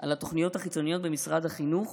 על התוכניות החיצוניות במשרד החינוך